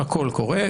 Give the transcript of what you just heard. הכול קורה.